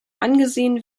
angesehen